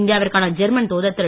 இந்தியாவிற்கான ஜெர்மன் தூதர் திரு